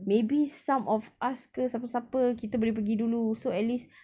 maybe some of us ke siapa-siapa kita boleh pergi dulu so at least